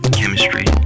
chemistry